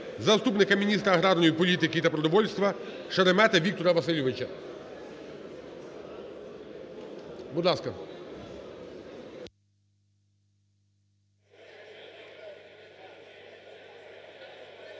заступника міністра аграрної політики та продовольства Шеремету Віктора Васильовича. Будь ласка.